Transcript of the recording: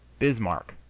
bismarck,